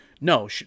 no